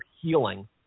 healing